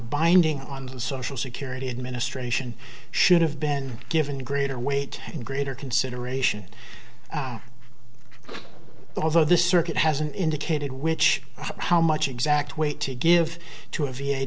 binding on the social security administration should have been given greater weight and greater consideration although the circuit hasn't indicated which how much exact weight to give to a v